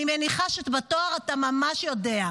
אני מניחה שעל התואר אתה ממש יודע.